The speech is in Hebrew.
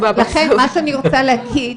לכן, מה שאני רוצה להגיד